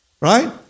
Right